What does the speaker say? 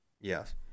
Yes